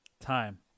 Time